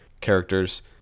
characters